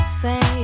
say